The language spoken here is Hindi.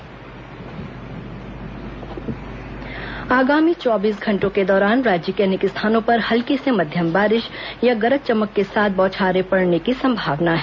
मौसम आगामी चौबीस घंटों के दौरान राज्य के अनेक स्थानों पर हल्की से मध्यम बारिश या गरज चमक के साथ बौछारें पड़ने की संभावना है